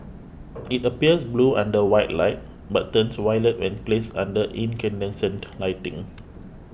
it appears blue under white light but turns violet when placed under incandescent lighting